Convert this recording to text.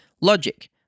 Logic